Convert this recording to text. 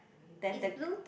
then the